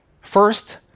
First